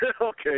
okay